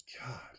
God